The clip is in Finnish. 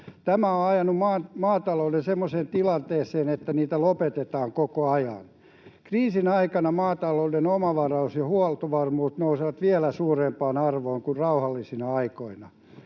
tämä on ajanut maatalouden semmoiseen tilanteeseen, että tiloja lopetetaan koko ajan. Kriisin aikana maatalouden omavaraisuus ja huoltovarmuus nousevat vielä suurempaan arvoon kuin rauhallisina aikoina.